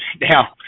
Now